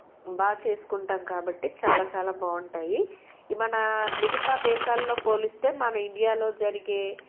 బాగా చేసుకుంటాం కాబట్టి చాలా చాలా బాగుంటాయి మన మిగతా దేశాల్లో పోలిస్తే మన ఇండియాలో జరిగే